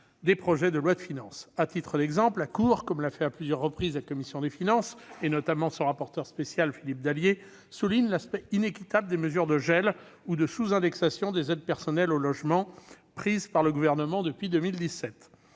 des projets de loi de finances. À titre d'exemple, la Cour, comme l'a fait à plusieurs reprises la commission des finances, notamment son rapporteur spécial Philippe Dallier, souligne l'aspect inéquitable des mesures de gel et de sous-indexation des aides personnalisées au logement prises par le Gouvernement depuis 2017.